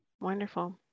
wonderful